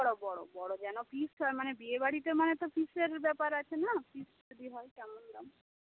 বড়ো বড়ো বড়ো যেন পিস হয় মানে বিয়েবাড়িতে মানে তো পিসের ব্যাপার আছে না পিস যদি হয় কেমন দাম